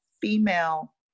female